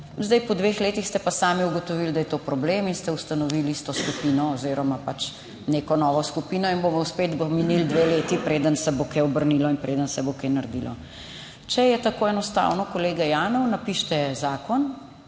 Zdaj, po dveh letih ste pa sami ugotovili, da je to problem in ste ustanovili isto skupino oziroma neko novo skupino in bosta spet minili dve leti, preden se bo kaj obrnilo in preden se bo kaj naredilo. Če je tako enostavno, kolega Janev, napišite zakon,